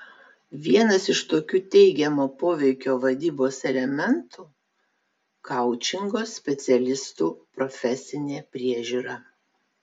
vienas iš tokių teigiamo poveikio vadybos elementų koučingo specialistų profesinė priežiūra